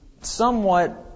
somewhat